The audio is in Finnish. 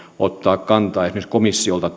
ottaa kantaa esimerkiksi komissiolta